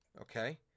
Okay